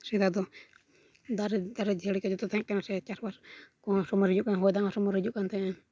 ᱥᱮᱫᱟᱭ ᱫᱚ ᱫᱟᱨᱮ ᱫᱟᱨᱮ ᱱᱟᱹᱲᱤ ᱠᱚ ᱡᱚᱛᱚ ᱛᱟᱦᱮᱸᱠᱟᱱᱟ ᱥᱮ ᱪᱟᱥᱵᱟᱥ ᱠᱚᱦᱚᱸ ᱥᱚᱢᱚᱭ ᱨᱮ ᱦᱩᱭᱩᱜ ᱠᱟᱱ ᱛᱟᱦᱮᱸᱫ ᱦᱚᱭᱫᱟᱜ ᱠᱚᱦᱚᱸ ᱥᱚᱢᱚᱭ ᱨᱮ ᱦᱤᱡᱩᱜ ᱠᱟᱱ ᱛᱟᱦᱮᱸᱜᱼᱟ